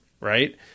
right